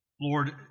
Lord